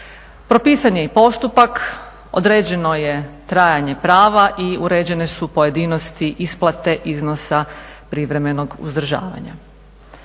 Propisan je i postupak, određeno je trajanje prava i uređene su pojedinosti isplate iznosa privremenog uzdržavanja.